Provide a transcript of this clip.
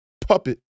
puppet